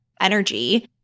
energy